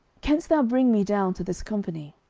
canst thou bring me down to this company?